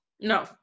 No